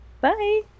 Bye